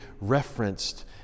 referenced